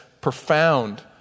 profound